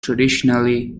traditionally